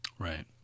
Right